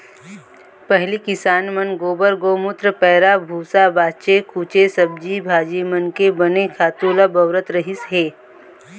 पहिली किसान मन गोबर, गउमूत्र, पैरा भूसा, बाचे खूचे सब्जी भाजी मन के बने खातू ल बउरत रहिस हे